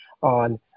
on